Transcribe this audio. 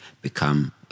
become